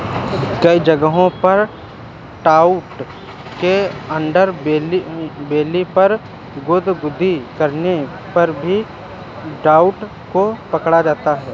कई जगहों पर ट्राउट के अंडरबेली पर गुदगुदी करने से भी ट्राउट को पकड़ा जाता है